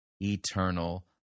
eternal